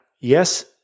yes